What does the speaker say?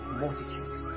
multitudes